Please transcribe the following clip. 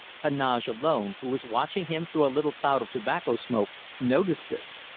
heneage alone, who was watching him through a little cloud of tobacco smoke, noticed this.